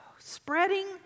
Spreading